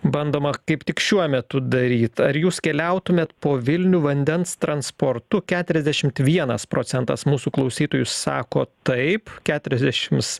bandoma kaip tik šiuo metu daryt ar jūs keliautumėt po vilnių vandens transportu keturiasdešimt vienas procentas mūsų klausytojų sako taip keturiasdešimt